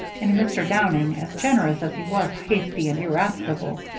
and mr. downing, as generous as he was hasty and irascible,